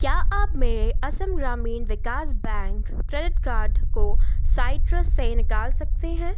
क्या आप मेरे Assam Gramin Vikas bank credit card को साइट्रस से निकाल सकते हैं